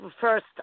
first